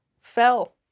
fell